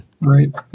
Right